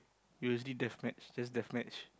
usually Deathmatch that's Deathmatch